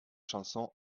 chanson